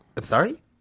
sorry